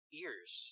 ears